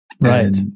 right